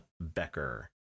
Becker